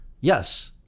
Yes